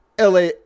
LA